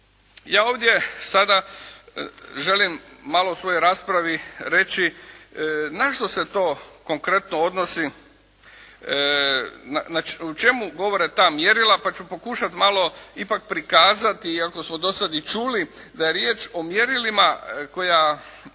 Ja ovdje sada želim malo u svojoj raspravi reći na što se to konkretno odnosi, o čemu govore ta mjerila pa ću pokušati malo ipak prikazati iako smo do sada i čuli da je riječ o mjerilima koja